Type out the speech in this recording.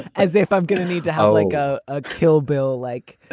as if i'm going to need to helenka ah ah kill bill like.